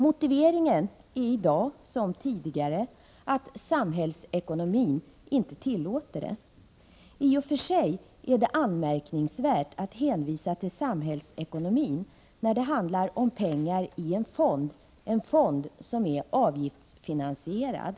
Motiveringen är i dag som tidigare att samhällsekonomin inte tillåter detta. I och för sig är det anmärkningsvärt att man hänvisar till samhällsekonomin, när det handlar om pengar i en fond som är avgiftsfinansierad.